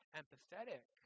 empathetic